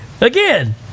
Again